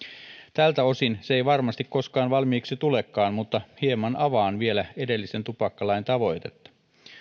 tältä osin se ei varmasti koskaan valmiiksi tulekaan mutta hieman avaan vielä edellisen tupakkalain tavoitetta